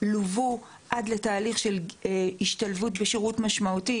לוו עד לתהליך של השתלבות שירות משמעותי,